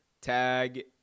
Tag